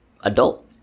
adult